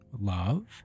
love